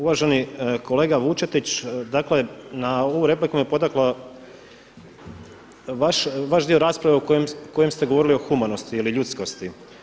Uvaženi kolega Vučetić, dakle na ovu repliku me potaknuo vaš dio rasprave u kojem ste govorili o humanosti ili o ljudskosti.